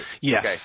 Yes